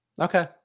Okay